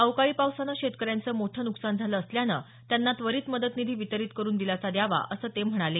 अवकाळी पावसानं शेतकऱ्यांचं मोठं न्कसान झालं असल्यानं त्यांना त्वरित मदत निधी वितरित करुन दिलासा द्यावा असं ते म्हणाले